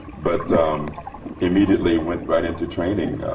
but immediately, went right into training.